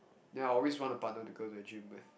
then I always want a partner to go to the gym with